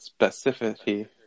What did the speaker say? specificity